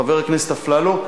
חבר הכנסת אפללו,